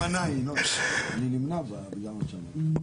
אני נמנע בגלל מה שאמרת.